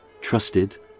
trusted